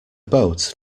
boat